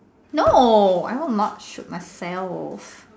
no I won't not shoot myself